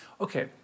okay